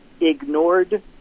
ignored